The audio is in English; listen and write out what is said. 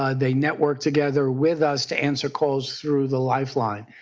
ah they network together with us to answer calls through the lifeline.